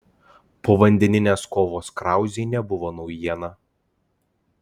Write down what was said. povandeninės kovos krauzei nebuvo naujiena